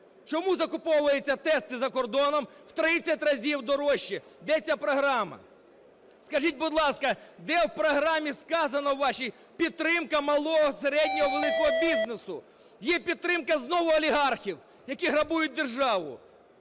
Чому закуповуються тести за кордоном в 30 разів дорожчі? Де ця програма? Скажіть, будь ласка, де в програмі сказано вашій: підтримка малого, середнього, великого бізнесу? Є підтримка знову олігархів, які грабують державу.